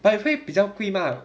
eh 会比较贵吗